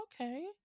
okay